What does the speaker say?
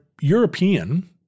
European